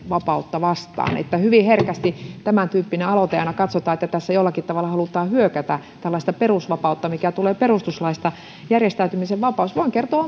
vapautta vastaan hyvin herkästi tämäntyyppisestä aloitteesta aina katsotaan että tässä jollakin tavalla halutaan hyökätä tällaista perusvapautta vastaan mikä tulee perustuslaista järjestäytymisen vapaus voin kertoa